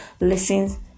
lessons